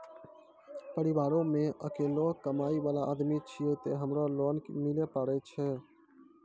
परिवारों मे अकेलो कमाई वाला आदमी छियै ते हमरा लोन मिले पारे छियै?